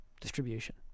distribution